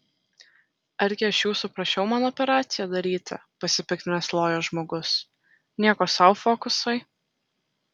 argi aš jūsų prašiau man operaciją daryti pasipiktinęs lojo žmogus nieko sau fokusai